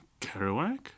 Kerouac